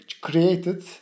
created